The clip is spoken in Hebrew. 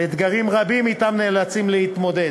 באתגרים הרבים שאתם היא נאלצת להתמודד.